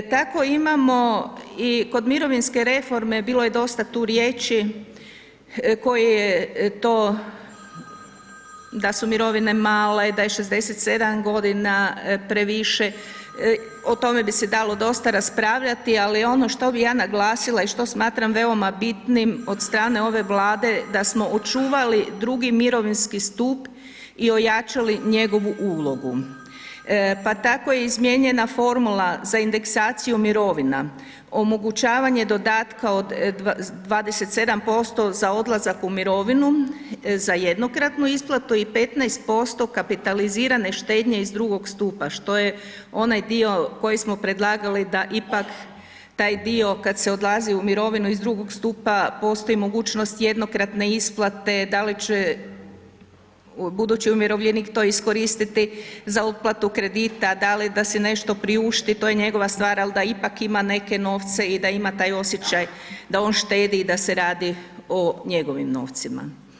Tako imamo i kod mirovinske reforme bilo je dosta tu riječi koje to, da su mirovine male, da je 67.g. previše, o tome bi se dalo dosta raspravljati, ali ono što bi ja naglasila i što smatram veoma bitnim od strane ove Vlade, da smo očuvali drugi mirovinski stup i ojačali njegovu ulogu, pa tako je izmijenjena formula za indeksaciju mirovina, omogućavanje dodatka od 27% za odlazak u mirovinu za jednokratnu isplatu i 15% kapitalizirane štednje iz drugog stupa, što je onaj dio koji smo predlagali da ipak taj dio kad se odlazi u mirovinu iz drugog stupa postoji mogućnost jednokratne isplate, da li će budući umirovljenik to iskoristiti za uplatu kredita, da li da si nešto priušti, to je njegova stvar, al da ipak ima neke novce i da ima taj osjećaj da on štedi i da se radi o njegovim novcima.